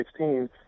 2016